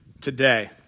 today